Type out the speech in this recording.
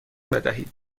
بدهید